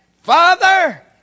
father